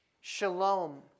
Shalom